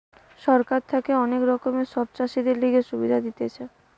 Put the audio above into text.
সরকার থাকে অনেক রকমের সব চাষীদের লিগে সুবিধা দিতেছে